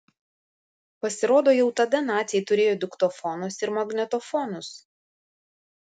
pasirodo jau tada naciai turėjo diktofonus ir magnetofonus